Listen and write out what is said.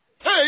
Hey